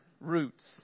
roots